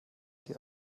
die